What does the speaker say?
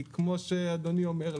כי כמו שאדוני אומר,